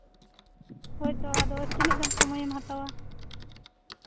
ᱦᱳᱭ ᱛᱚ ᱟᱫᱚ ᱛᱤᱱᱟᱜ ᱜᱟᱱ ᱥᱚᱢᱚᱭ ᱮᱢ ᱦᱟᱛᱟᱣᱟ